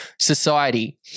society